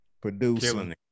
Producing